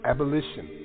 Abolition